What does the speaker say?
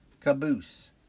Caboose